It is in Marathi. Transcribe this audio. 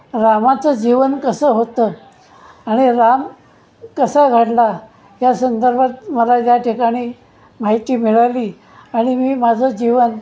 रामाचं जीवन कसं होतं आणि राम कसा घडला ह्या संदर्भात मला या ठिकाणी माहिती मिळाली आणि मी माझं जीवन